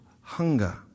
hunger